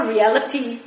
Reality